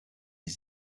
his